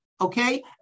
okay